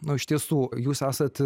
nu iš tiesų jūs esat